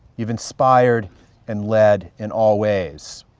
you've inspired and led in all ways.